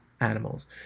animals